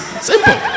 Simple